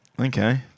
Okay